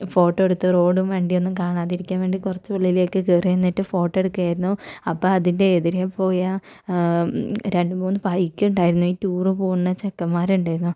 photo എടുത്ത് റോഡും വണ്ടിയും ഒന്നും കാണാതിരിക്കാൻ വേണ്ടി കുറച്ച് ഉള്ളിലേക്ക് കേറി നിന്നിട്ട് ഫോട്ടോ എടുക്കുകയായിരുന്നു അപ്പം അതിൻ്റെ എതിരെ പോയ രണ്ട് മൂന്ന് ബൈക്ക് ഉണ്ടായിരുന്നു ഈ ടൂർ പോകുന്ന ചെക്കന്മാരുണ്ടായിരുന്നു